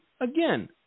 again